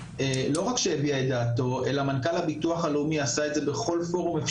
הלאומי ומנכ"ל הביטוח הלאומי עשו מאמצים